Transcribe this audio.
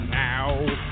now